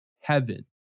heaven